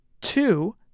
two